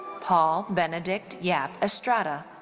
paul benedict yap estrada.